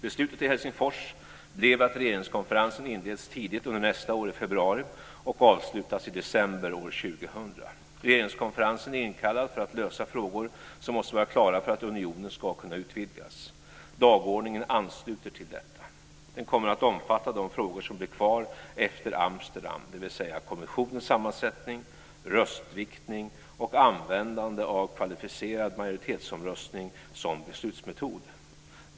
Beslutet i Helsingfors blev att regeringskonferensen ska inledas tidigt under nästa år - i februari - och avslutas i december år 2000. Regeringskonferensen är inkallad för att lösa frågor som måste vara klara för att unionen ska kunna utvidgas. Dagordningen ansluter till detta. Den kommer att omfatta de frågor som blev kvar efter Amsterdam, dvs: kommissionens sammansättning, röstviktning och användande av kvalificerad majoritetsomröstning som beslutsmetod.